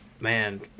man